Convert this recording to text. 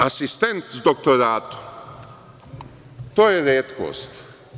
Asistent doktoratu, to je retkost.